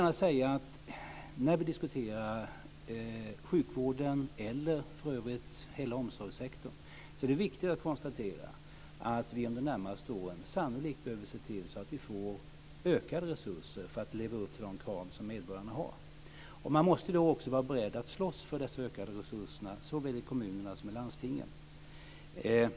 När vi diskuterar sjukvården eller för övrigt hela omsorgssektorn är det viktigt att konstatera att vi under de närmaste åren sannolikt behöver se till att få ökade resurser för att leva upp till de krav som medborgarna ställer. Man måste då också vara beredd att slåss för dessa ökade resurser såväl i kommunerna som i landstingen.